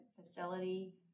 facility